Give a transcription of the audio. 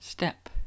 Step